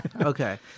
Okay